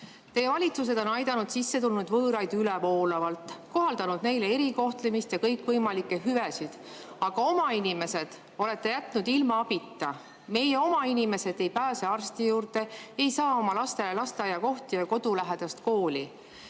Teie valitsused on aidanud sissetulnud võõraid ülevoolavalt, kohaldanud neile erikohtlemist ja kõikvõimalikke hüvesid, aga oma inimesed olete jätnud ilma abita. Meie oma inimesed ei pääse arsti juurde, ei saa oma lastele lasteaiakohti ega kodulähedast kooli.